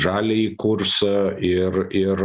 žaliąjį kursą ir ir